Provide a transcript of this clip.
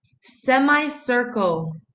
Semicircle